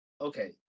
Okay